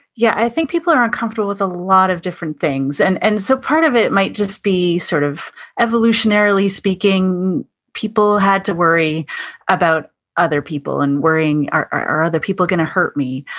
yeah, i think people are uncomfortable with a lot of different things. and and so part of it might just be sort of evolutionarily speaking, people had to worry about other people and worrying are are other people gonna hurt me.